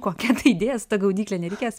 kokia ta idėja su ta gaudykle nereikės